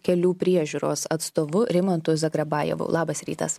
kelių priežiūros atstovu rimantu zagrebajevu labas rytas